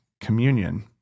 communion